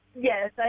Yes